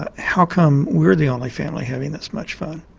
ah how come we're the only family having this much fun?